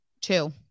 Two